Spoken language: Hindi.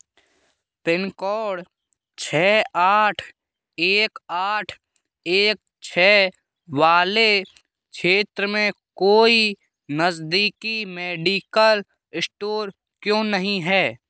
पिन कोड छः आठ एक आठ एक छः वाले क्षेत्र में कोई नज़दीकी मेडिकल इश्टोर क्यों नहीं है